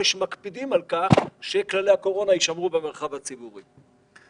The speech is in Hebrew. שמקפידים שכללי הקורונה יישמרו במרחב הציבורי.